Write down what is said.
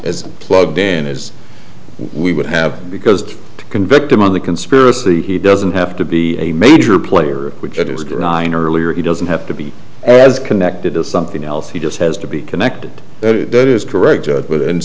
as plugged in as we would have because to convict him of the conspiracy he doesn't have to be a major player which it is good nine earlier he doesn't have to be as connected to something else he just has to be connected that is correct but